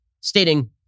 stating